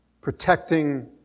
protecting